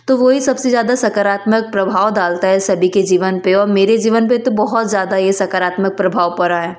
तो वो ही सबसे ज़्यादा सकारात्मक प्रभाव डालता है सभी के जीवन पे और मेरे जीवन पे तो बहुत ज़्यादा ही ये सकारात्मक प्रभाव पड़ा है